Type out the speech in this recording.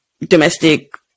domestic